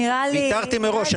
ויתרתי מראש.